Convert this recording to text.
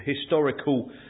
historical